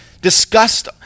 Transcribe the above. discussed